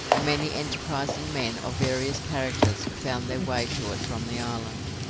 and many enterprising men of various characters found their way to it from the island.